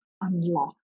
unlock